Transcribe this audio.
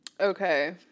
Okay